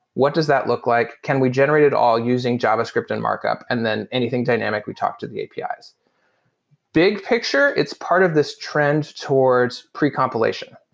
what does that look like? can we generate it all using javascript and markup? and then anything dynamic, we talk to the apis big picture, it's part of this trend towards pre-compilation.